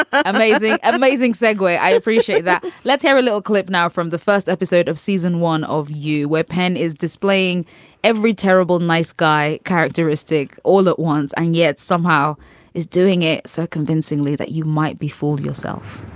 ah amazing, amazing segway. i appreciate that let's hear a little clip now from the first episode of season one of you where penn is displaying every terrible, nice guy characteristic all at once and yet somehow is doing it so convincingly that you might be fooled yourself